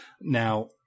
Now